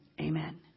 amen